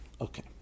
Okay